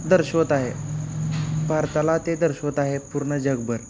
दर्शवत आहे भारताला ते दर्शवत आहे पूर्ण जगभर